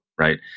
Right